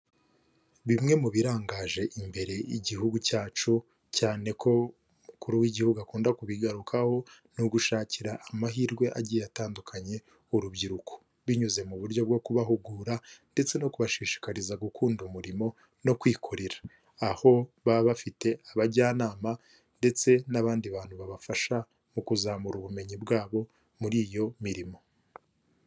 Bimwe mu birangaje imbere igihugu cyacu cyane ko umukuru w'igihugu akunda kubigarukaho ni ugushakira amahirwe agiye atandukanye urubyiruko. Binyuze mu buryo bwo kubahugura ndetse no kubashishikariza gukunda umurimo no kwikorera aho baba bafite abajyanama ndetse n'abandi bantu babafasha mu kuzamura ubumenyi bwabo muri iyo mirimo.